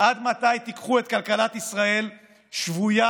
עד מתי תיקחו את כלכלת ישראל שבויה